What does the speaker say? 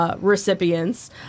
recipients